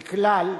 ככלל,